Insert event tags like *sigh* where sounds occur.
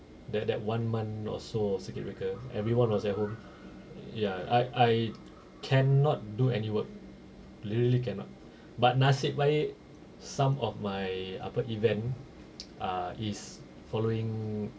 that that one month or so circuit breaker everyone was at home ya I I cannot do any work literally cannot but nasib baik some of my apa event *noise* is following